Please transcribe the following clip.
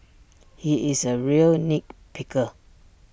he is A real nit picker